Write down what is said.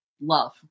love